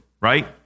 right